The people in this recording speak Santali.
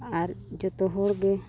ᱟᱨ ᱡᱚᱛᱚ ᱦᱚᱲ ᱜᱮ